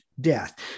death